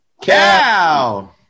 cow